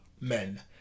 men